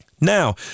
Now